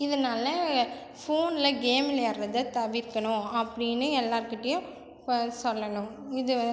இதனால ஃபோனில் கேம் விளையாடுறத தவிர்க்கணும் அப்படின்னு எல்லோர்கிட்டையும் சொல்லணும் இது